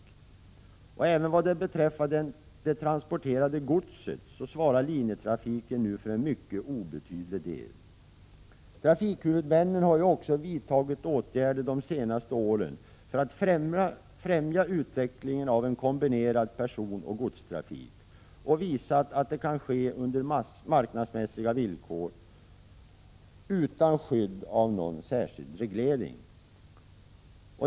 Linjetrafiken svarar nu för en obetydligt andel även vad beträffar det transporterade godset. Trafikhuvudmännen har ju också vidtagit åtgärder de senaste åren för att främja utvecklingen av en kombinerad personoch godstrafik och visat att detta kan ske under marknadsmässiga villkor utan skydd av någon särskild reglering.